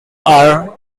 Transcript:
are